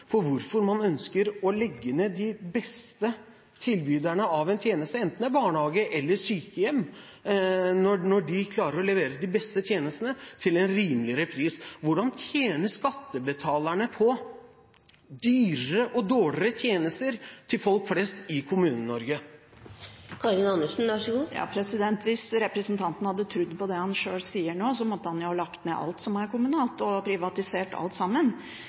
for hvorfor man ønsker å legge ned de beste tilbyderne av en tjeneste, enten det er barnehage eller sykehjem, når de klarer å levere de beste tjenestene til en rimeligere pris? Hvordan tjener skattebetalerne på dyrere og dårligere tjenester til folk flest i Kommune-Norge? Hvis representanten hadde trodd på det han sjøl sier nå, måtte han ha lagt ned alt som er kommunalt, og privatisert alt sammen.